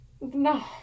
No